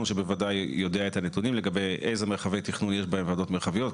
שבוודאי יודע את הנתונים לגבי אילו מרחבי תכנון יש בהם ועדות מרחביות,